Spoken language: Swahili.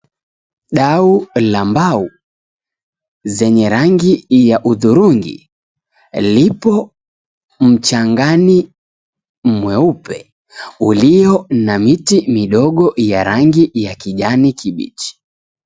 Dua la mbao zenye rangi za hudhurungi lipo mchangani mweupe uliyo na miti midogo ya rangi ya kijani kibichi.